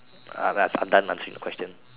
uh I'm done answering the question